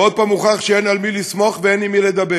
ועוד פעם הוכח שאין על מי לסמוך ואין עם מי לדבר: